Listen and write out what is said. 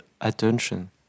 attention